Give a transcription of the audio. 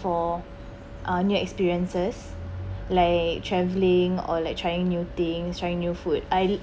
for uh new experiences like travelling or like trying new things trying new food I